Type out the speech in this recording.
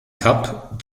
cup